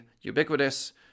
ubiquitous